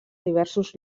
diversos